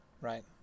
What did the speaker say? right